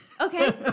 Okay